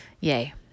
yay